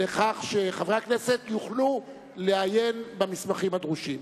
לכך שחברי הכנסת יוכלו לעיין במסמכים הדרושים.